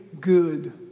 good